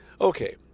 Okay